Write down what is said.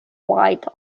white